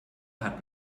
hat